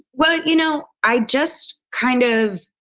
well, you know, i just kind of,